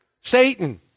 Satan